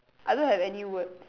I don't have any word